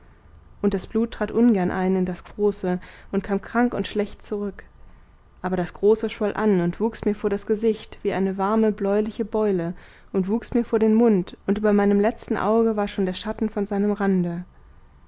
und das blut trat ungern ein in das große und kam krank und schlecht zurück aber das große schwoll an und wuchs mir vor das gesicht wie eine warme bläuliche beule und wuchs mir vor den mund und über meinem letzten auge war schon der schatten von seinem rande